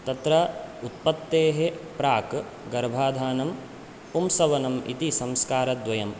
तत्र उत्पत्तेः प्राक् गर्भाधानं पुंसवनम् इति संस्कारद्वयं